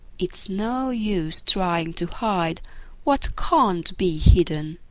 it's no use trying to hide what can't be hidden.